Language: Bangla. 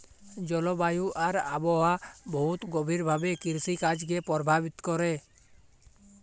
জলবায়ু আর আবহাওয়া বহুত গভীর ভাবে কিরসিকাজকে পরভাবিত ক্যরে